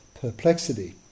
perplexity